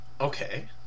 Okay